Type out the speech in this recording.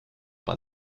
par